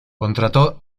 contrató